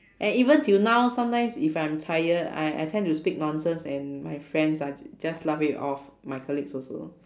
and even till now sometimes if I'm tired I I tend to speak nonsense and my friends are j~ just laugh it off my colleagues also